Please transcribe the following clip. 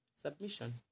submission